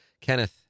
Kenneth